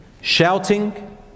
shouting